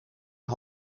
een